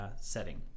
setting